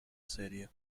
serio